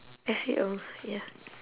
that's it oh ya